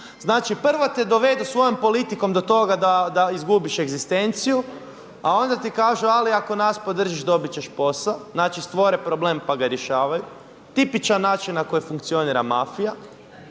Znači, prvo te dovedu svojom politikom do toga da izgubiš egzistenciju, a onda ti kažu ali ako nas podržiš dobit ćeš posao. Znači stvore problem, pa ga rješavaju. Tipičan način na koji funkcionira mafija.